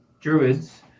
druids